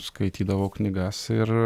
skaitydavau knygas ir